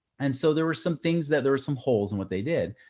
and so there were some things that there were some holes in what they did.